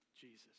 Jesus